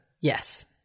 Yes